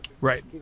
Right